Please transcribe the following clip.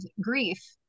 grief